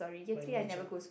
my major